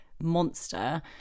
monster